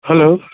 hello